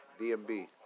DMB